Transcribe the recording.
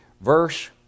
verse